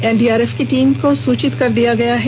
NDRF की team को सूचित कर दिया गया है